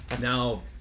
Now